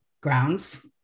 grounds